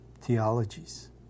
theologies